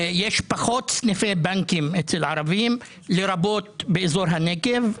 יש פחות סניפי בנקים אצל הערבים לרבות באזור הנגב,